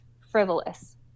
frivolous